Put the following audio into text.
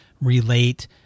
relate